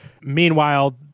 meanwhile